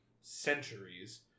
centuries